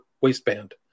waistband